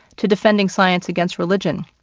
to defending science against religion.